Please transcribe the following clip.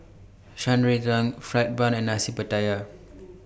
Shan Rui Tang Fried Bun and Nasi Pattaya